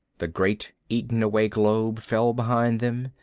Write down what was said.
the great eaten-away globe fell behind them.